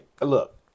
look